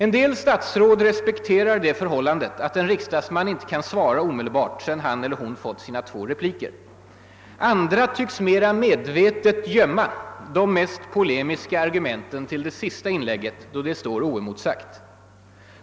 En del statsråd respekterar det förhållandet att en riksdagsledamot inte kan svara omedelbart sedan han eller hon utnyttjat sina två repliker. Andra statsråd däremot tycks mera medvetet gömma de mest polemiska argumenten till efter den sista repliken, då de får stå oemotsagda.